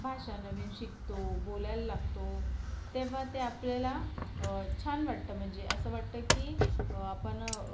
भाषा नवीन शिकतो बोलायला लागतो तेव्हा ते आपल्याला छान वाटतं म्हणजे असं वाटतं की आपण